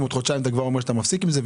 עוד חודשיים אתה כבר אומר שאתה מספיק עם זה.